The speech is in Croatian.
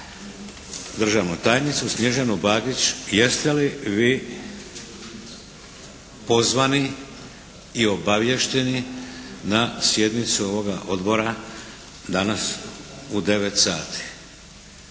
državnu tajnicu Snježanu Bagić jeste li vi pozvani i obavješteni na sjednicu ovoga Odbora danas u 9 sati?